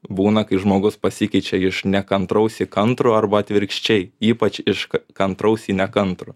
būna kai žmogus pasikeičia iš nekantraus į kantrų arba atvirkščiai ypač iš kantraus į nekantrų